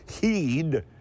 heed